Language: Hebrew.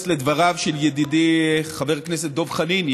לדבריו של ידידי חבר הכנסת דב חנין,